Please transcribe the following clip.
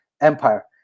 Empire